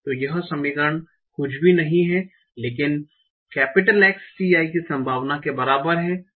तो यह समीकरण कुछ भी नहीं है लेकिन X t i की संभावना के बराबर है